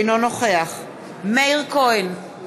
אינו נוכח מאיר כהן,